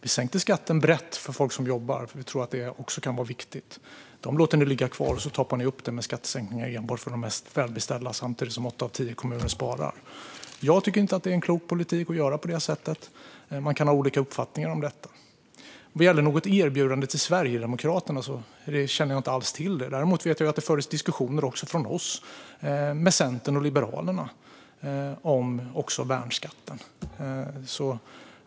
Vi sänkte skatten brett för folk som jobbar, för vi tror att det är viktigt. Det låter ni ligga kvar och toppar upp med skattesänkningar för enbart de mest välbeställda samtidigt som åtta av tio kommuner sparar. Jag tycker inte att det är en klok politik att göra på det sättet, men man kan ha olika uppfattningar om det. Jag känner inte till något erbjudande till Sverigedemokraterna. Däremot förde även vi diskussioner med Centern och Liberalerna om värnskatten.